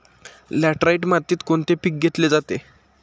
Laterite मातीत कोणते पीक घेतले जाते?